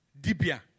Dibia